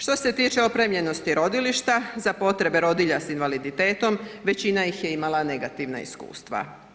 Što se tiče opremljenosti rodilišta za potrebe rodilja s invaliditetom, većina ih je imala negativna iskustva.